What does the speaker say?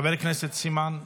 חבר הכנסת סימון דוידסון,